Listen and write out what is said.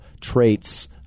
traits